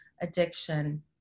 addiction